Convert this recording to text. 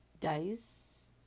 Dice